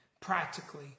practically